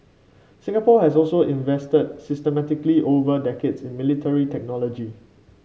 Singapore has also invested systematically over decades in military technology